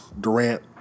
Durant